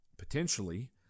Potentially